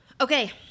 Okay